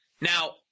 Now